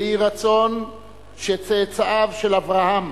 יהי רצון שצאצאיו של אברהם,